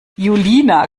julina